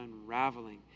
unraveling